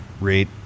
rate